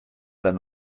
than